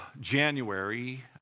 January